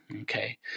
okay